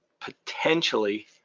potentially